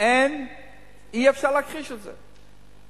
אי-אפשר להכחיש את זה.